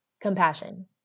compassion